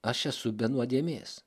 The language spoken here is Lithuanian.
aš esu be nuodėmės